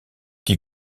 qui